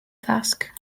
task